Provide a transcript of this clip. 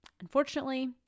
unfortunately